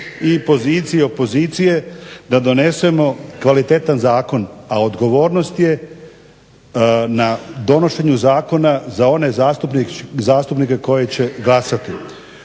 i pozicije i opozicije da donesemo kvalitetan zakon a odgovornost je na donošenju zakona za one zastupnike koji će glasati.